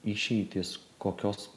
išeitys kokios